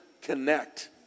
connect